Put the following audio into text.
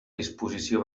disposició